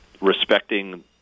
respecting